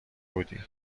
بودی